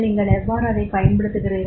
நீங்கள் எவ்வாறு அதைப் பயன்படுத்துகிறீர்கள்